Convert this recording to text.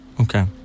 Okay